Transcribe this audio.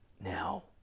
now